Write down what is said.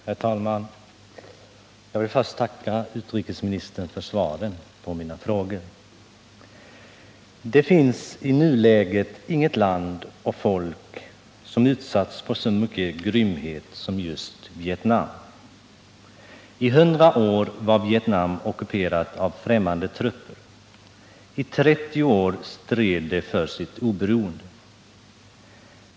Herr talman! Jag vill först tacka utrikesministern för svaren på mina frågor. Det finns i nuläget inget land eller folk som utsatts för så mycken grymhet som just Vietnam. I hundra år har Vietnam ockuperats av främmande trupper. I trettio år stred det för sitt oberoende.